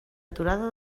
aturada